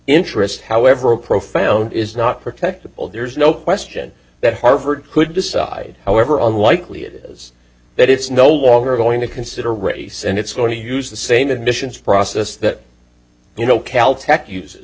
interest however a profound is not protected well there's no question that harvard could decide however unlikely it is that it's no longer going to consider race and it's going to use the same admissions process that you know cal tech uses